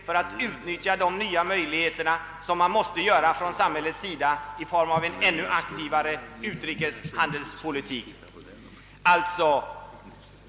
För att utnyttja de nya möjligheterna måste emellertid samhället göra mera på den vägen i form av ännu mer aktiv utrikeshandelspolitik.